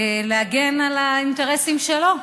כדי להגן על האינטרסים שלו.